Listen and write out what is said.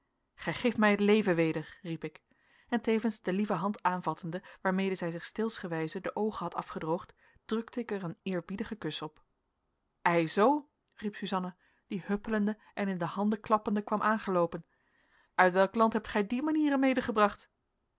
geeft mij het leven weder riep ik en tevens de lieve hand aanvattende waarmede zij zich steelsgewijze de oogen had afgedroogd drukte ik er een eerbiedigen kus op ei zoo riep suzanna die huppelende en in de handen klappende kwam aangeloopen uit welk land hebt gij die manieren